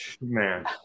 man